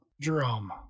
Jerome